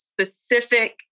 specific